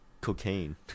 cocaine